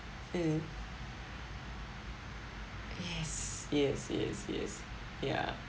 uh yes yes yes yes ya